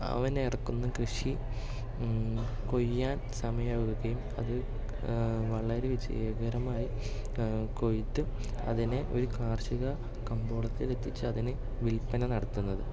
അവൻ ഇറക്കുന്ന കൃഷി കൊയ്യാൻ സമയാവുകയും അത് വളരെ വിജയകരമായി കൊയ്ത്തും അതിനെ ഒരു കാർഷിക കമ്പോളത്തിലെത്തിച്ച് അതിനു വിൽപന നടത്തുന്നത്